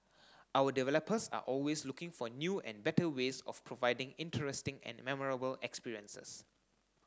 our developers are always looking for new and better ways of providing interesting and memorable experiences